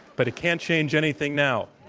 but it can't change anything now.